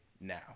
now